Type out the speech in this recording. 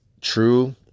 true